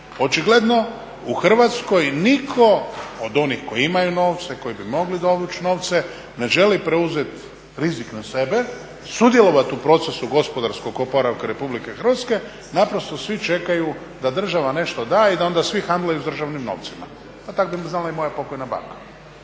očigledno u Hrvatskoj nitko od onih koji imaju novce koji bi mogli dovući novce ne žele preuzeti rizik na sebe, sudjelovati u procesu gospodarskog oporavka RH naprosto svi čekaju da država nešto da i da onda svi handlaju sa državnim novcima. Pa tako bi znala i moja pokojna baka.